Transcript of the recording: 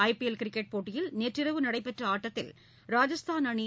IPL cricket போட்டியில் நேற்றிரவு நடைபெற்ற ஆட்டத்தில் ராஜஸ்தான் அணி